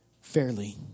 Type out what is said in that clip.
fairly